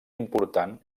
important